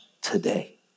today